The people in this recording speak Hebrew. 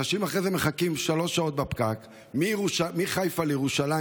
אנשים מחכים אחר כך שלוש שעות בפקק מחיפה לירושלים,